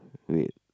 with